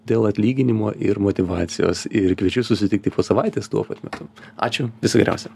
dėl atlyginimo ir motyvacijos ir kviečiu susitikti po savaitės tuo pat metu ačiū viso geriausio